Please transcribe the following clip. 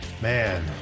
Man